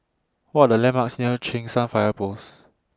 What Are The landmarks near Cheng San Fire Post